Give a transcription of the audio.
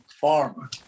farmer